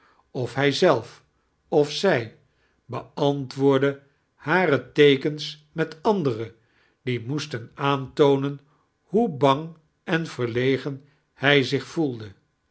of hij zelf of zij beantwoardde hare teekens met andetne dole moesitetn aantoonetn hioe bang en vetrlegen hij zieh voelde